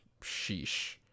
sheesh